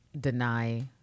deny